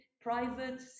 private